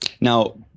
Now